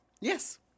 Yes